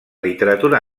literatura